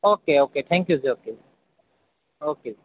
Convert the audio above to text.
okay okay thank you ਜੀ okay okay ਜੀ